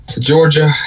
Georgia